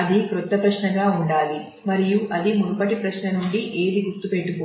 అది క్రొత్త ప్రశ్నగా ఉండాలి మరియు ఇది మునుపటి ప్రశ్న నుండి ఏది గుర్తుపెట్టుకోదు